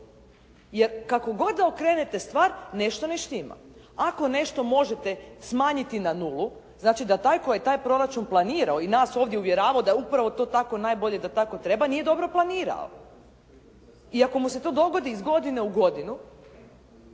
Jer kako god da okrenete stvar nešto ne štima. Ako nešto možete smanjiti na nulu, znači da taj tko je taj proračun planirao i nas ovdje uvjeravao da upravo to tako najbolje, da tako treba nije dobro planirao. I ako mu se to dogodi iz godine u godinu